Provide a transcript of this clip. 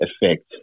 effect